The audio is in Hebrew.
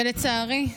ולצערי,